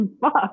Fuck